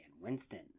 Winston